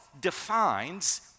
defines